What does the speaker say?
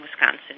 Wisconsin